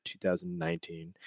2019